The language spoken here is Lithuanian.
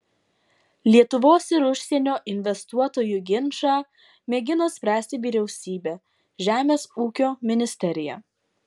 lietuvos ir užsienio investuotojų ginčą mėgino spręsti vyriausybė žemės ūkio ministerija